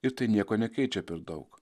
ir tai nieko nekeičia per daug